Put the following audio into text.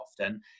often